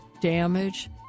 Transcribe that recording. damage